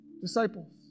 disciples